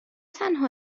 تنها